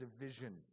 division